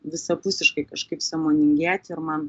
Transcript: visapusiškai kažkaip sąmoningėti ir man